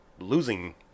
losing